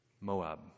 Moab